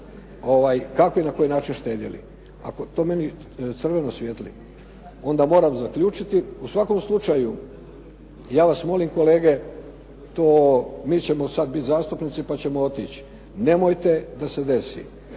kako i na koji način štedjeli. To meni crveno svijetli? Onda moram zaključiti. U svakom slučaju, ja vas molim kolege, to mi ćemo sad biti zastupnici pa ćemo otići. Nemojte da se desi